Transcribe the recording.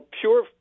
pure